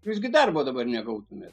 jūs gi darbo dabar negautumėt